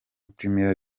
premier